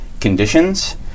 conditions